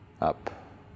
up